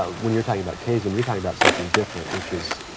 ah when you're talking about kazin, you're talking about something different, which is,